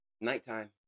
nighttime